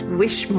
wish